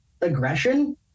aggression